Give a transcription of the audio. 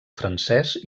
francès